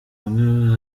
bamwe